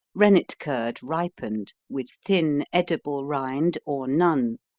rennet curd ripened, with thin, edible rind, or none,